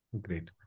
Great